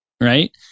right